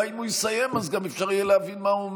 אולי אם הוא יסיים אז גם אפשר יהיה להבין מה הוא אומר.